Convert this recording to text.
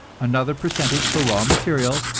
another percentage for raw materials,